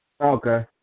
Okay